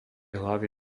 hlavy